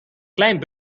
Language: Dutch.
klein